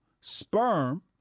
sperm